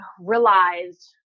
realized